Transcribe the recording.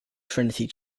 trinity